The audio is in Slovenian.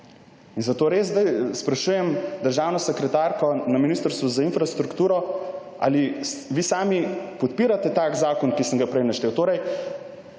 Zato zdaj sprašujem državno sekretarko na Ministrstvu za infrastrukturo: »Ali vi sami podpirate tak zakon, ki sem ga prej naštel?«